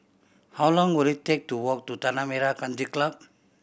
how long will it take to walk to Tanah Merah Come Club